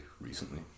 recently